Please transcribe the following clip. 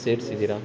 ಸೇರ್ಸಿದ್ದೀರ